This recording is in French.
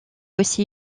aussi